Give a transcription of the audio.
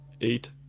eight